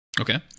Okay